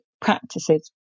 practices